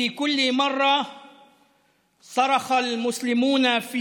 להולדת הנביא מוחמד, 1,442 שנה שבמהלכן ניסו